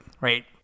Right